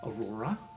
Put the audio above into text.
Aurora